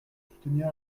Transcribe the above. soutenir